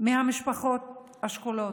מהמשפחות השכולות.